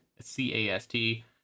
C-A-S-T